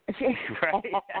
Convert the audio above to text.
Right